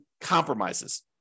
compromises